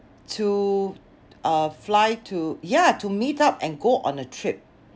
to uh fly to yeah to meet up and go on a trip